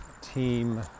team